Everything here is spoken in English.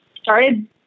started